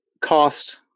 cost